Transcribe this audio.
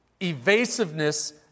evasiveness